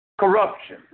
corruption